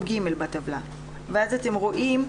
אז אתם רואים,